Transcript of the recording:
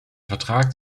vertrag